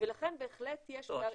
ולכן בהחלט --- לא,